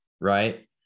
Right